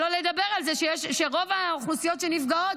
שלא לדבר על זה שרוב האוכלוסיות שנפגעות,